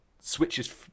switches